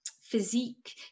physique